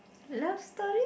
love story